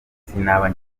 sinaba